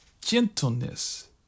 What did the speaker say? gentleness